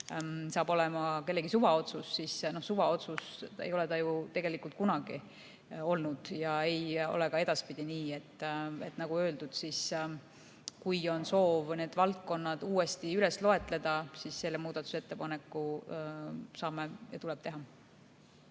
saab olema kellegi suvaotsus: suvaotsus ei ole ta ju tegelikult kunagi olnud ja ei ole ka edaspidi. Nii nagu öeldud, kui on soov need valdkonnad uuesti loetleda, siis selle muudatusettepaneku saame teha